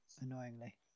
annoyingly